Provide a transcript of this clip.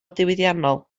diwydiannol